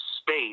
space